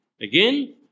Again